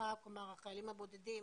החיילים הבודדים